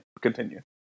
Continue